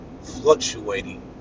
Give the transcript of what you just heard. fluctuating